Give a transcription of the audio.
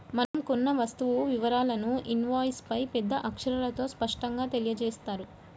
మనం కొన్న వస్తువు వివరాలను ఇన్వాయిస్పై పెద్ద అక్షరాలతో స్పష్టంగా తెలియజేత్తారు